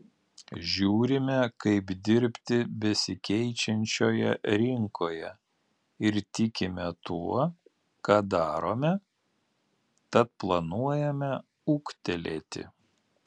žiūrime kaip dirbti besikeičiančioje rinkoje ir tikime tuo ką darome tad planuojame ūgtelėti